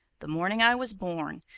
the morning i was born,